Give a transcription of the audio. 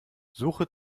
suche